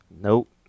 Nope